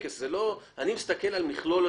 אני מסתכל על מכלול השיקולים.